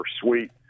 suite